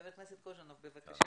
חבר הכנסת קוז'ינוב, בבקשה.